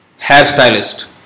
Hairstylist